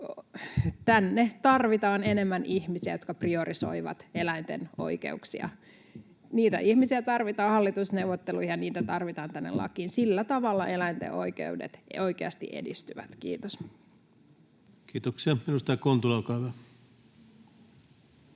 tänne tarvitaan enemmän ihmisiä, jotka priorisoivat eläinten oikeuksia. Niitä ihmisiä tarvitaan hallitusneuvotteluihin, ja heitä tarvitaan tänne lakiin. Sillä tavalla eläinten oikeudet oikeasti edistyvät. — Kiitos. [Speech 234] Speaker: